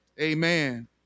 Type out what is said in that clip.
Amen